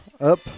up